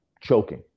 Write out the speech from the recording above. choking